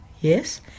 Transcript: yes